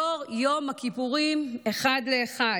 דור יום הכיפורים, אחד לאחד.